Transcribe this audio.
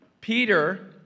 Peter